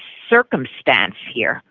circumstance here